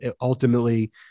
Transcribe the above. ultimately